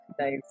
nice